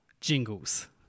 jingles